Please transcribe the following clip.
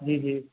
جی جی